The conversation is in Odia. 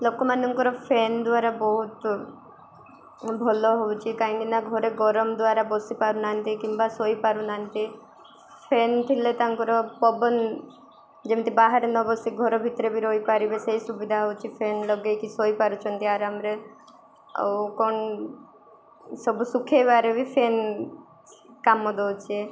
ଲୋକମାନଙ୍କର ଫ୍ୟାନ୍ ଦ୍ୱାରା ବହୁତ ଭଲ ହେଉଛି କାହିଁକି ନା ଘରେ ଗରମ ଦ୍ଵାରା ବସିପାରୁନାହାନ୍ତି କିମ୍ବା ଶୋଇପାରୁନାହାନ୍ତି ଫ୍ୟାନ୍ ଥିଲେ ତାଙ୍କର ପବନ ଯେମିତି ବାହାରେ ନବସି ଘର ଭିତରେ ବି ରହିପାରିବେ ସେଇ ସୁବିଧା ହଉଚି ଫ୍ୟାନ୍ ଲଗେଇକି ଶୋଇପାରୁଛନ୍ତି ଆରାମରେ କ'ଣ ସବୁ ଶୁଖେଇବାରେ ବି ଫ୍ୟାନ୍ କାମ ଦଉଛେ